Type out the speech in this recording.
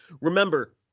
Remember